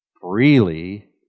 freely